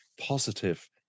positive